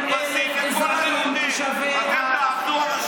140,000 אזרחים שווה חבל.